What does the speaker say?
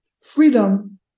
Freedom